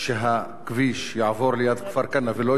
יעבור ליד כפר-כנא ולא יהיה מחובר אליו